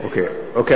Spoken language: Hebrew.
אוקיי.